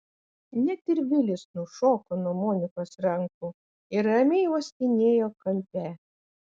net ir vilis nušoko nuo monikos rankų ir ramiai uostinėjo kampe